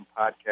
podcast